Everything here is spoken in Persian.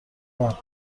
بار